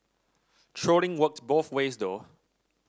trolling works both ways though